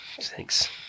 Thanks